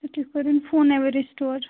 اَچھا تُہۍ کٔرۍہوٗن فون اَوا رِسِٹور